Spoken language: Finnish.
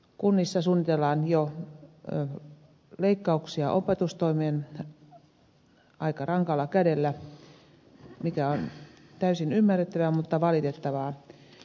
kunnissa suunnitellaan jo leikkauksia opetustoimeen aika rankalla kädellä mikä on täysin ymmärrettävää mutta valitettavaa